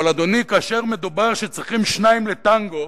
אבל, אדוני, כאשר מדובר שצריכים שניים לטנגו,